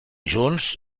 junts